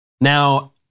Now